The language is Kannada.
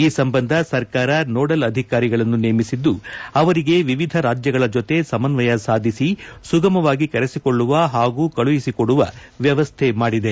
ಈ ಸಂಬಂಧ ಸರ್ಕಾರ ನೋಡಲ್ ಅಧಿಕಾರಿಗಳನ್ನು ನೇಮಿಸಿದ್ದು ಅವರಿಗೆ ವಿವಿಧ ರಾಜ್ಯಗಳ ಜೊತೆ ಸಮನ್ನಯ ಸಾಧಿಸಿ ಸುಗಮವಾಗಿ ಕರೆಸಿಕೊಳ್ಳುವ ಹಾಗೂ ಕಳುಹಿಸಿಕೊಡುವ ವ್ಯವಸ್ಥೆ ಮಾಡಿದೆ